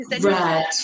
Right